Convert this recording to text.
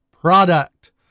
product